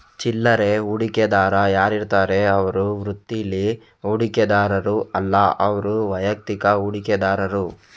ಚಿಲ್ಲರೆ ಹೂಡಿಕೆದಾರ ಯಾರಿರ್ತಾರೆ ಅವ್ರು ವೃತ್ತೀಲಿ ಹೂಡಿಕೆದಾರರು ಅಲ್ಲ ಅವ್ರು ವೈಯಕ್ತಿಕ ಹೂಡಿಕೆದಾರರು